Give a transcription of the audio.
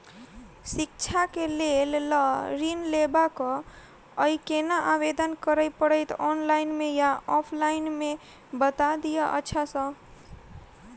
शिक्षा केँ लेल लऽ ऋण लेबाक अई केना आवेदन करै पड़तै ऑनलाइन मे या ऑफलाइन मे बता दिय अच्छा सऽ?